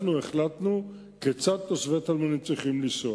אנחנו החלטנו כיצד תושבי טלמונים צריכים לנסוע.